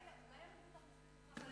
אולי המבוטח ירצה ללכת, אז